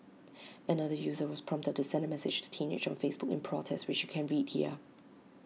another user was prompted to send A message to teenage on Facebook in protest which you can read here